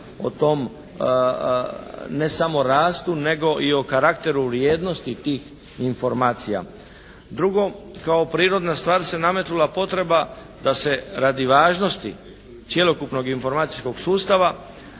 o tom ne samo rastu nego i o karakteru vrijednosti tih informacija. Drugo kao prirodna stvar se nametnula potreba da se radi važnosti cjelokupnog informacijskog sustava